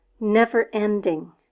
never-ending